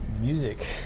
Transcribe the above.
music